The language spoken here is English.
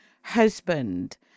husband